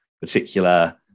particular